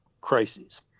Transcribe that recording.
crises